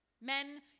men